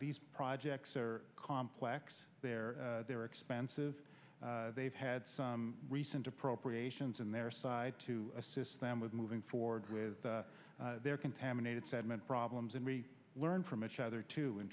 these projects are complex they're they're expensive they've had some recent appropriations in their side to assist them with moving forward with their contaminated segment problems and learn from each other too in